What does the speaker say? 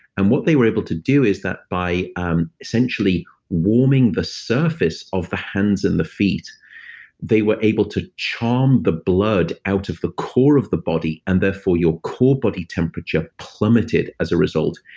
and what they were able to do is that by um essentially warming the surface of the hands and the feet they were able charm the blood out of the core of the body, and therefore your core body temperature plummeted as a result.